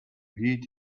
heed